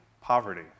poverty